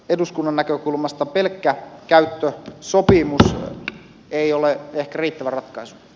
eduskunnan näkökulmasta pelkkä käyttösopimus ei ole ehkä riittävä ratkaisu